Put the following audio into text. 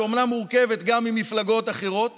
שאומנם מורכבת גם ממפלגות אחרות